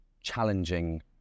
challenging